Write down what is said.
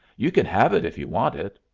you can have it, if you want it.